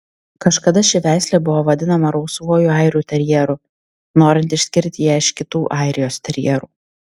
kažkada ši veislė buvo vadinama rausvuoju airių terjeru norint išskirti ją iš kitų airijos terjerų